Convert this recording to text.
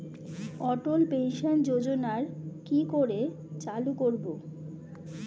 অটল pension যোজনার কি করে চালু করব?